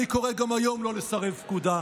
אני קורא גם היום לא לסרב פקודה.